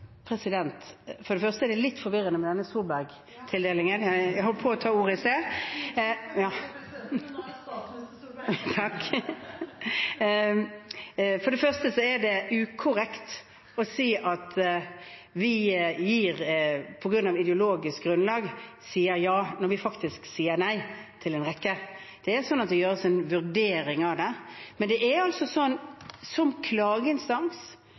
For det første er det litt forvirrende med denne Solberg-tildelingen – jeg holdt på å ta ordet i sted. Det er litt forvirrende for presidenten også, men nå er det statsminister Solberg! Takk! For det første er det ukorrekt å si at vi på ideologisk grunnlag sier ja, når vi faktisk sier nei til en rekke. Det gjøres en vurdering av det, men det er også sånn at som klageinstans